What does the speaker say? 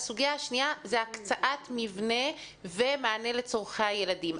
והסוגיה השנייה זה הקצאת מבנה ומענה לצרכי הילדים.